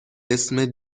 اسم